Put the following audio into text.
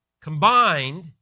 Combined